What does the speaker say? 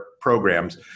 programs